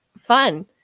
fun